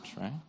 right